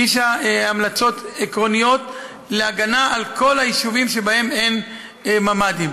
היא הגישה המלצות עקרוניות להגנה על כל היישובים שבהם אין ממ"דים.